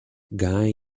guy